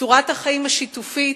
צורת החיים השיתופית,